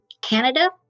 Canada